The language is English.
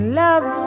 love